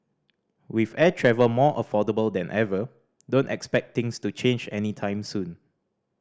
with air travel more affordable than ever don't expect things to change any time soon